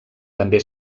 també